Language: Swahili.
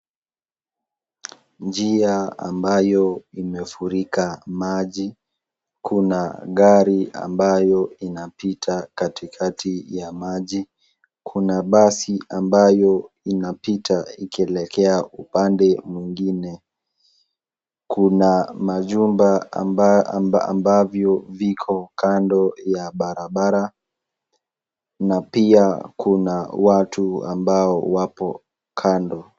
Njia ambayo imefurika maji, kuna gari ambayo inapita katikati ya maji, kuna basi ambayo inapita ikielekea upande mwingine. Kuna majumba ambavyo viko kando ya barabara na pia kuna watu ambao wapo kando.